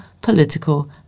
political